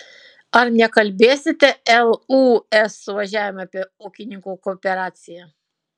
ar nekalbėsite lūs suvažiavime apie ūkininkų kooperaciją